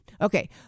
Okay